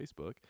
Facebook